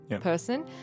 person